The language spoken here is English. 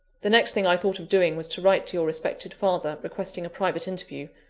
the next thing i thought of doing was to write to your respected father, requesting a private interview.